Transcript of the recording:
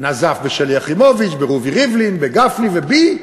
נזף בשלי יחימוביץ, ברובי ריבלין, בגפני ובי,